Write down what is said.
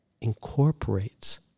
incorporates